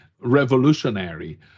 revolutionary